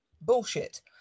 bullshit